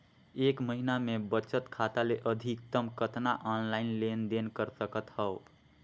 एक महीना मे बचत खाता ले अधिकतम कतना ऑनलाइन लेन देन कर सकत हव?